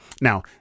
Now